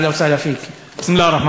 למרות